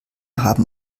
haben